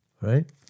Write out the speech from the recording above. right